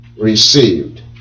received